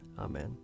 Amen